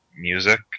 music